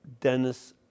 Dennis